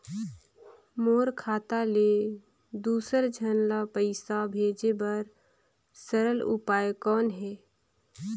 मोर खाता ले दुसर झन ल पईसा भेजे बर सरल उपाय कौन हे?